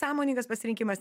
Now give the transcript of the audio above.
sąmoningas pasirinkimas